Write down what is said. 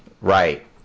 right